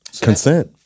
consent